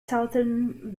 southern